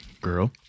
girl